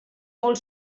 molt